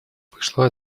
пришло